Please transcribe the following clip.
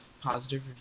positive